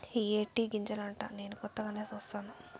ఇయ్యే టీ గింజలంటా నేను కొత్తగానే సుస్తాను